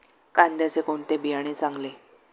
कांद्याचे कोणते बियाणे चांगले?